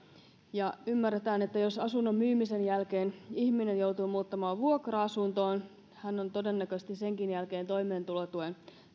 ymmärretään että jos asunnon myymisen jälkeen ihminen joutuu muuttamaan vuokra asuntoon hän on todennäköisesti senkin jälkeen toimeentulotuen